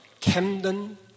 Camden